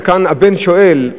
כאן הבן שואל,